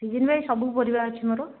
season wise ସବୁ ପରିବା ଅଛି ମୋ'ର